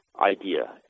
idea